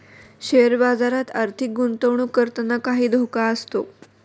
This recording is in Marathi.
शेअर बाजारात आर्थिक गुंतवणूक करताना काही धोका असतो